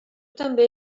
també